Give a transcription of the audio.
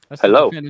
Hello